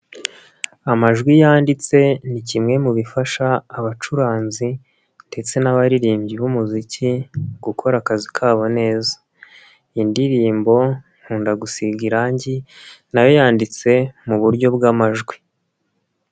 Amajwi yanditse ni kimwe mu bifasha abacuranzi ndetse n'abaririmbyi b'umuziki gukora akazi kabo neza. Indirimbo nkunda gusiga irangi, nayo yanditse mu buryo bw'amajwi.